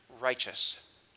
righteous